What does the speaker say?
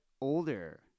older